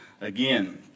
again